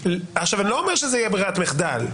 אני לא אומר שזה יהיה בברירת מחדל,